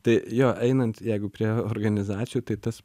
tai jo einant jeigu prie organizacijų tai tas